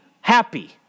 happy